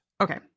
Okay